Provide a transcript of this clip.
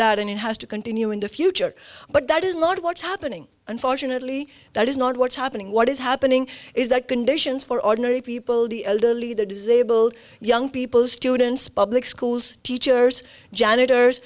that and it has to continue in the future but that is not what's happening unfortunately that is not what's happening what is happening is that conditions for ordinary people the elderly the disabled young people students public schools teachers janitors